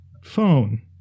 phone